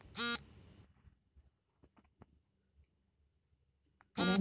ಅರಣ್ಯ ಬೇಸಾಯ, ತೋಟಗಾರಿಕೆ ಬೇಸಾಯ, ನೀರಾವರಿ ಮತ್ತು ಬಂಜರು ಭೂಮಿ ಭಾರತದಲ್ಲಿದೆ